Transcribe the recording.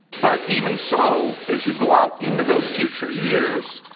but even so, as you go out into those future years,